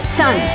son